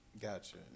Gotcha